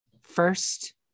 first